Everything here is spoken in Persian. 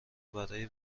برای